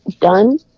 done